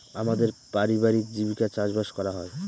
আমাদের পারিবারিক জীবিকা চাষবাস করা হয়